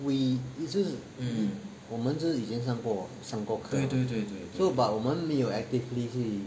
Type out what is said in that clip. we 就是我们就是以前上过课 hor but 我们没有 actively 去